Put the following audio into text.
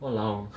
!walao!